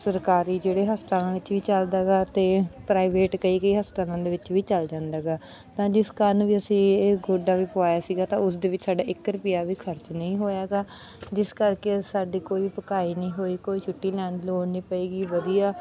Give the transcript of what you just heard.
ਸਰਕਾਰੀ ਜਿਹੜੇ ਹਸਪਤਾਲਾਂ ਵਿੱਚ ਵੀ ਚੱਲਦਾ ਹੈਗਾ ਅਤੇ ਪ੍ਰਾਈਵੇਟ ਕਈ ਕਈ ਹਸਪਤਾਲਾਂ ਦੇ ਵਿੱਚ ਵੀ ਚੱਲ ਜਾਂਦਾ ਹੈਗਾ ਤਾਂ ਜਿਸ ਕਾਰਨ ਵੀ ਅਸੀਂ ਇਹ ਗੋਡਾ ਵੀ ਪਵਾਇਆ ਸੀਗਾ ਤਾਂ ਉਸ ਦੇ ਵਿੱਚ ਸਾਡਾ ਇੱਕ ਰੁਪਇਆ ਵੀ ਖਰਚ ਨਹੀਂ ਹੋਇਆ ਹੈਗਾ ਜਿਸ ਕਰਕੇ ਸਾਡੀ ਕੋਈ ਭਕਾਈ ਨਹੀਂ ਹੋਈ ਕੋਈ ਛੁੱਟੀ ਲੈਣ ਲੋੜ ਨਹੀਂ ਪਈ ਗੀ ਵਧੀਆ